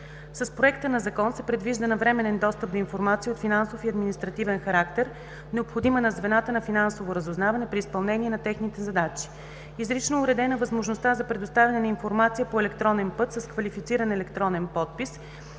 С Проекта на закон се предвижда навременен достъп до информация от финансов и административен характер, необходима на звената за финансово разузнаване при изпълнение на техните задачи. Изрично е уредена възможността за предоставяне на информация по електронен път с квалифициран електронен подпис